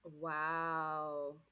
Wow